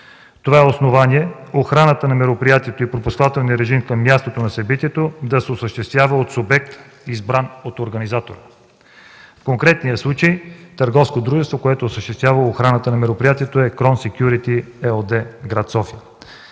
Това е основание охраната на мероприятието и пропускателният режим към мястото на събитието да се осъществява от субект, избран от организатора. В конкретния случай търговското дружество, което е осъществявало охраната на мероприятието, е „Крон Секюрити” ЕООД – гр. София.